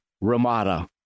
Ramada